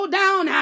down